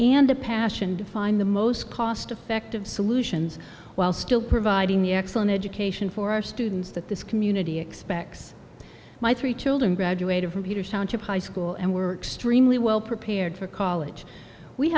a passion to find the most cost effective solutions while still providing the excellent education for our students that this community expects my three children graduated from peter township high school and we were extremely well prepared for college we